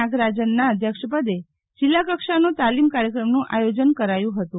નાગરાજનના અધ્યક્ષપદે જિલ્લાકક્ષાનો તાલીમ કાર્યક્રમનું આયોજન કરાયું હતું